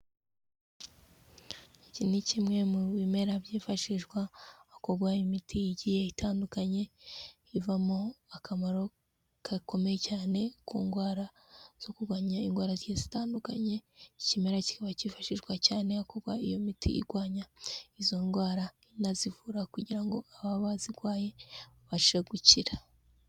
Iki ni kimwe mu bimera byifashishwa mu kugura imiti igiye itandukanye, ivamo akamaro gakomeye cyane ku ndwara zo kurwanya indwara zigiye zitandukanye, ikimera kikaba cyifashishwa cyane kuba iyo miti igwanya izo ndwara inazivura kugira ngo aba bazirwaye babashe gukira.